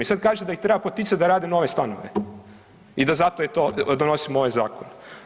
I sad kažete da ih treba poticati da rade nove stanove i da zato je to donosim ovaj zakon.